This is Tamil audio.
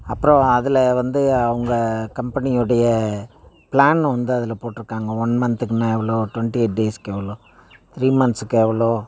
அப்பறம் அதில் வந்து அவங்க கம்பெனியுடைய ப்ளான் வந்து அதில் போட்டிருக்காங்க ஒன் மந்த்துக்குனா எவ்வளோ டொண்ட்டி எயிட் டேஸ்க்கு எவ்வளோ த்ரீ மந்த்ஸ்க்கு எவ்வளோ